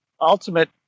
ultimate